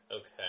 Okay